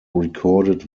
recorded